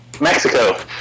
Mexico